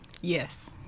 Yes